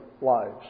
lives